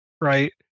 right